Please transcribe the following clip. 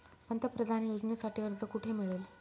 पंतप्रधान योजनेसाठी अर्ज कुठे मिळेल?